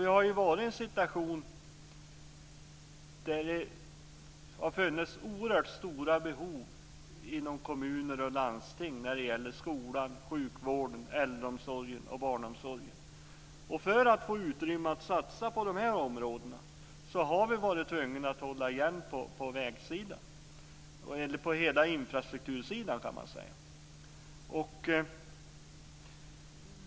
Vi har varit i en situation där det funnits oerhört stora behov inom kommuner och landsting när det gäller skolan, sjukvården, äldreomsorgen och barnomsorgen. För att få utrymme att satsa på dessa områden har vi varit tvungna att hålla igen på vägsidan och på hela infrastruktursidan.